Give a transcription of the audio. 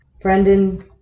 Brendan